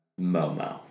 Momo